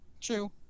True